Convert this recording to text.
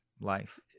life